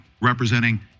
representing